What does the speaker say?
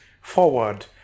Forward